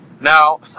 Now